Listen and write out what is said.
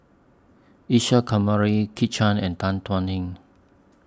Isa Kamari Kit Chan and Tan Thuan Heng